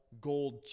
Gold